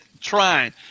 trying